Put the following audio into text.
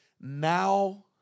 Now